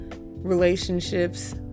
relationships